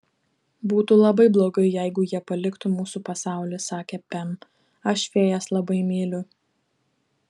būtų labai blogai jeigu jie paliktų mūsų pasaulį sakė pem aš fėjas labai myliu